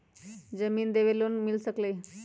जमीन देवे से लोन मिल सकलइ ह?